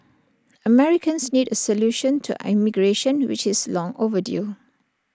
Americans need A solution to immigration which is long overdue